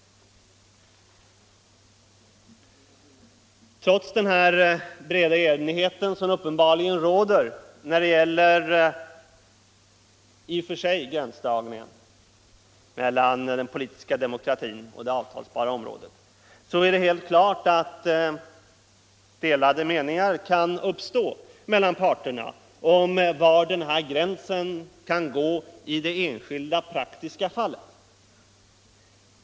Trots den breda enighet som uppenbarligen råder när det gäller gränsdragningen i och för sig mellan den politiska demokratin och det avtalsbara området, så är det helt klart att delade meningar kan uppstå mellan parterna om var gränsen kan gå i det enskilda praktiska fallet.